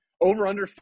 over-under